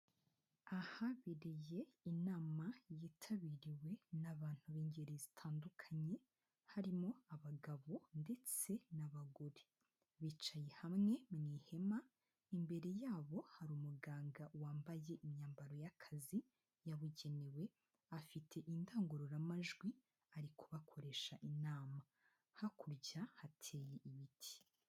Ahabereye inama yitabiriwe n'abantu b'ingeri zitandukanye, harimo abagabo ndetse n'abagore. Bicaye hamwe mu ihema, imbere yabo hari umuganga wambaye imyambaro y'akazi yabugenewe, afite indangururamajwi ari kubakoresha inama. Hakurya hateye ibiti.